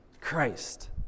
Christ